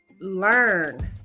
learn